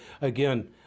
again